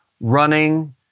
running